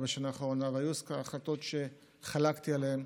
בשנה האחרונה והיו החלטות שחלקתי עליהן,